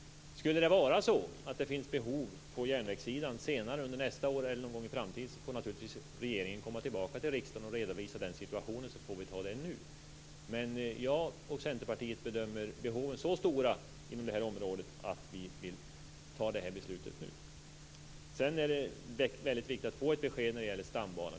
Skulle det vara så att det kommer att finnas behov på järnvägssidan senare under nästa år eller någon gång i framtiden, får regeringen naturligtvis komma tillbaka till riksdagen och redovisa den situationen då. Man jag och Centerpartiet bedömer behoven inom detta område som så stora att vi vill fatta detta beslut nu. Sedan är det väldigt viktigt att få ett besked när det gäller stambanan.